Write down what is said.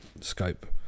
scope